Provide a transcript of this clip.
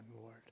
Lord